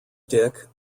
dick